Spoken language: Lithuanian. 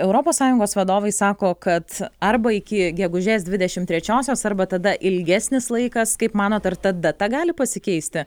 europos sąjungos vadovai sako kad arba iki gegužės dvidešimt trečiosios arba tada ilgesnis laikas kaip manot ar ta data gali pasikeisti